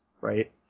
right